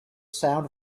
sound